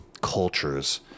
cultures